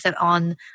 on